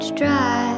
drive